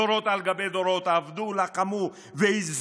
דורות על גבי דורות עבדו, לחמו והזיעו